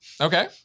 Okay